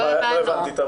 לא הבנתי את הבעיה.